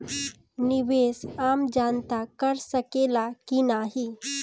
निवेस आम जनता कर सकेला की नाहीं?